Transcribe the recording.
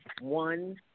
one